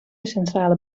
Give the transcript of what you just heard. centrale